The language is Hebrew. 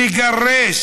לגרש